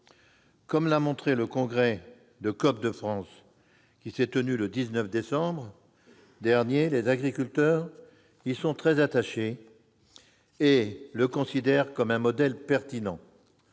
Comme l'a montré le congrès de Coop de France qui s'est tenu le 19 décembre dernier, les agriculteurs y sont très attachés et le considèrent comme un modèle pertinent.